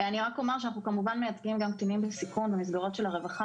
אני רק אומר שאנחנו כמובן מייצגים גם קטינים בסיכון במסגרות של הרווחה,